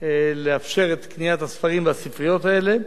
לאפשר את קניית הספרים לספריות האלה.